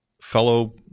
fellow